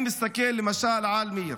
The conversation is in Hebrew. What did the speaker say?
אני מסתכל למשל על מאיר.